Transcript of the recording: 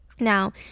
Now